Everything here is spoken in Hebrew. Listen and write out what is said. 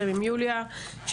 הנשים